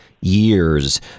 years